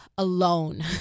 alone